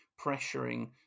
pressuring